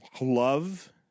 love